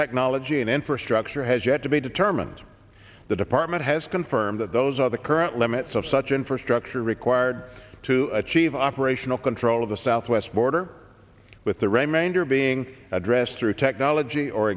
technology and infrastructure has yet to be determined the department has confirmed that those are the current limits of such infrastructure required to achieve operational control of the southwest border with the remainder being addressed through technology or